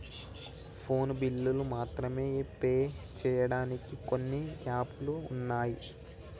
phone బిల్లులు మాత్రమే pay చెయ్యడానికి కొన్ని యాపులు వున్నయ్